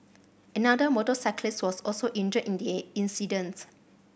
another motorcyclist was also injured in the incident